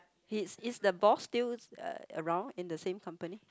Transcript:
he is the boss still Uh around in the same company